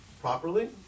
properly